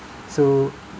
so